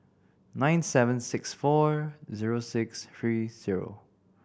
nine seven six four zero six three zero